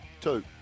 Two